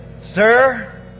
Sir